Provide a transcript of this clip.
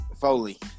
Foley